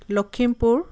Lakhimpur